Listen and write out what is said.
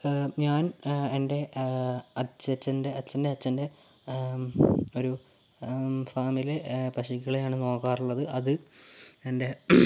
ഞാൻ എൻ്റെ അച്ചച്ഛൻ്റെ അച്ഛൻ്റെ അച്ഛൻ്റെ ഒരു ഫാമിൽ പശുക്കളെയാണ് നോക്കാറുള്ളത് അത് എൻ്റെ